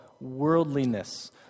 worldliness